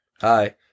hi